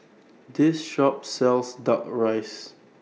This Shop sells Duck Rice